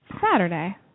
Saturday